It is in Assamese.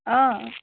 অঁ